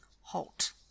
halt